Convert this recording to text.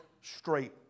straight